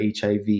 HIV